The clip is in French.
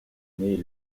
née